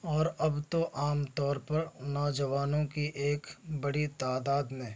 اور اب تو عام طور پر نوجوانوں کی ایک بڑی تعداد نے